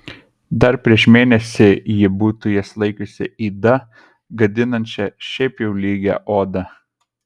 dar prieš mėnesį ji būtų jas laikiusi yda gadinančia šiaip jau lygią odą